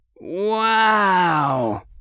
Wow